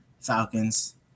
Falcons